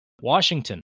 Washington